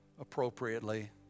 appropriately